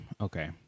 okay